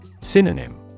Synonym